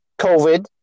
COVID